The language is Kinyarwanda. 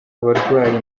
abarwayi